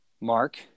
Mark